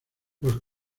los